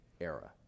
era